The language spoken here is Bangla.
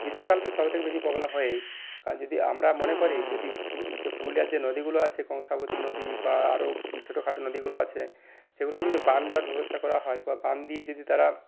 গ্রীষ্মকালটা সবথেকে বেশি প্রবলেম হয় কারণ যদি আমরা মনে করি যদি পুরুলিয়ার যে নদীগুলো আছে কংসাবতী নদী বা আরও ছোটোখাটো নদীগুলো আছে সেগুলোতে যদি বান দেওয়ার ব্যবস্থা করা হয় বা বান দিয়ে যদি তারা